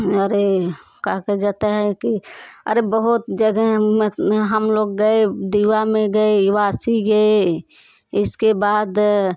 अरे का कहे जाता है कि अरे बहुत जगह हम अपना हम लोग गए दीवा में गए वासी गए इसके बाद